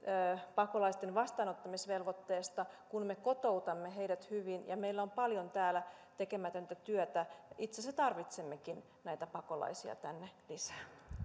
pakolaisten vastaanottamisvelvoitteesta kun me kotoutamme heidät hyvin meillä on paljon täällä tekemätöntä työtä itse asiassa tarvitsemmekin näitä pakolaisia tänne lisää